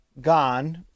gone